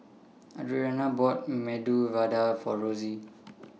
Audrianna bought Medu Vada For Rosie